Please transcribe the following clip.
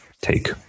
take